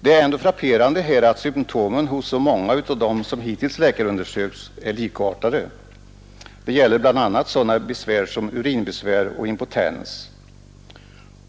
Det är ju frapperande att symtomen hos många av dem som hittills läkarundersökts är likartade. Det gäller bl.a. urineringsbesvär och impotens.